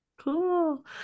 Cool